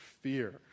fear